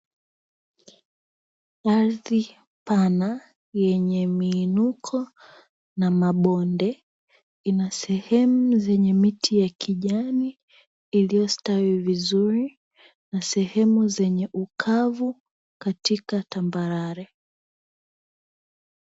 Ardhi pana yenye miinuko na mabonde, ina sehemu zenye miti ya kijani iliyostawi vizuri, na sehemu zenye ukavu katika tambalale.